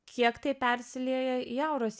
kiek tai persilieja į auros